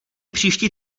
příští